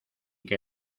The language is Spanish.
que